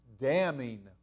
damning